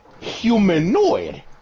humanoid